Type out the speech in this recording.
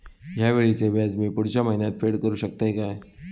हया वेळीचे व्याज मी पुढच्या महिन्यात फेड करू शकतय काय?